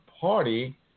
party